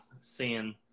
seeing